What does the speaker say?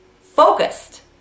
focused